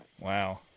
Wow